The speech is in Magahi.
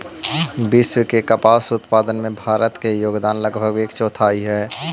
विश्व के कपास उत्पादन में भारत के योगदान लगभग एक चौथाई हइ